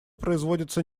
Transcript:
производится